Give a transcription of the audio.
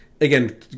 again